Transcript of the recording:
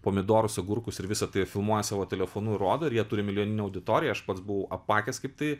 pomidorus agurkus ir visa tai filmuoja savo telefonu ir rodo ir jie turi milijoninę auditoriją aš pats buvau apakęs kaip tai